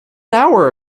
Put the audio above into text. hour